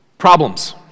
Problems